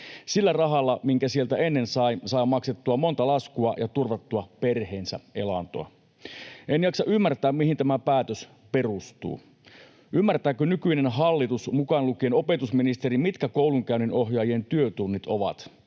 Sillä rahalla, minkä sieltä ennen sain, sai maksettua monta laskua ja turvattua perheensä elantoa. En jaksa ymmärtää, mihin tämä päätös perustuu. Ymmärtääkö nykyinen hallitus, mukaan lukien opetusministeri, mitkä koulunkäynninohjaajien työtunnit ovat,